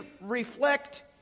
reflect